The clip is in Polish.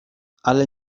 ale